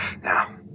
now